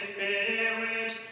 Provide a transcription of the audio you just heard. Spirit